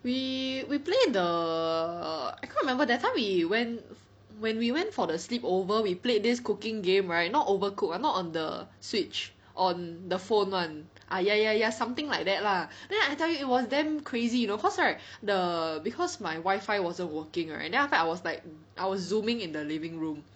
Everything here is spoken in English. we we play the I can't remember that time we went when we went for the sleep-over we played this cooking game right not Overcook not on the Switch on the phone one ah ya ya ya something like that lah then I tell you it was damn crazy you know cause right the cause my wifi wasn't working right then after that I was like I was Zoom-ing in the living room